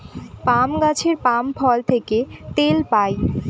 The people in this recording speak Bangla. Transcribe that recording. পাম গাছের পাম ফল থেকে তেল পাই